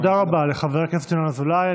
תודה רבה לחבר הכנסת ינון אזולאי.